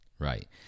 Right